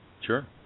Sure